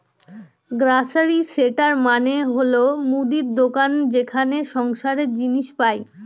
grocery store মানে হল মুদির দোকান যেখানে সংসারের জিনিস পাই